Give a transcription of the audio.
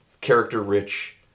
character-rich